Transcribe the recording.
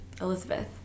elizabeth